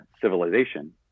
civilization